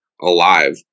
alive